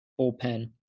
bullpen